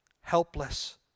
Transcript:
helpless